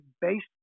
based